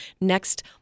next